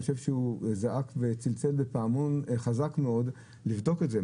אני חושב שהוא זעק וצלצל בפעמון חזק מאוד לבדוק את זה.